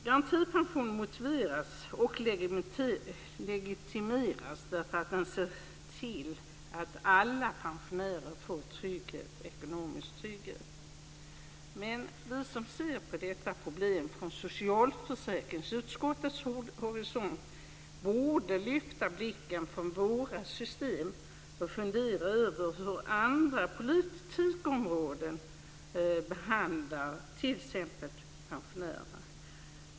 Garantipensionen motiveras och legitimeras av att den ser till att alla pensionärer får ekonomisk trygghet. Men vi som ser på detta problem från socialförsäkringsutskottets horisont borde lyfta blicken från våra system och fundera över hur andra politikområden behandlar t.ex. pensionärerna.